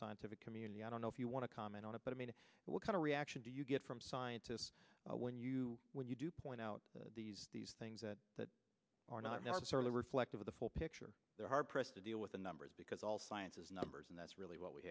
scientific community i don't know if you want to comment on it but i mean what kind of reaction do you get from scientists when you when you do point out these these things that are not necessarily reflective of the full picture they're hard pressed to deal with the numbers because all science is numbers and that's really what we